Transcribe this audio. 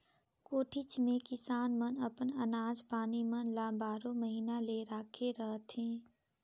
कोठीच मे किसान मन अपन अनाज पानी मन ल बारो महिना ले राखे रहथे